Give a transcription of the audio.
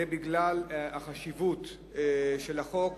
זה בגלל החשיבות של החוק,